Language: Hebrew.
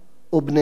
או בניהם